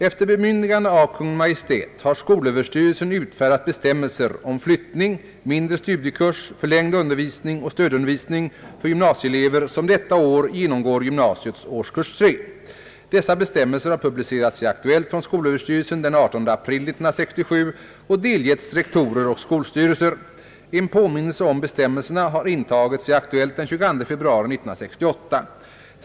Efter bemyndigande av Kungl. Maj:t har skolöverstyrelsen utfärdat bestämmelser om flyttning, mindre studiekurs, förlängd undervisning och stödundervisning för gymnasieelever som detta år genomgår gymnasiets årskurs 3. Dessa bestämmelser har publicerats i Aktuellt från skolöverstyrelsen den 18 april 1967 och delgetts rektorer och skolstyrelser. En påminnelse om bestämmelserna har intagits i Aktuellt den 22 februari 1968.